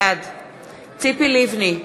בעד ציפי לבני,